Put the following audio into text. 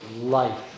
life